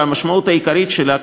והמשמעות העיקרית שלה,